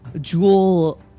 Jewel